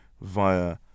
via